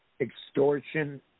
extortion